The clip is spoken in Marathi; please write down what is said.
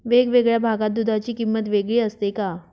वेगवेगळ्या भागात दूधाची किंमत वेगळी असते का?